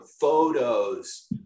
photos